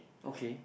okay